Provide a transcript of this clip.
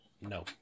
No